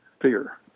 fear